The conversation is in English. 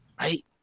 right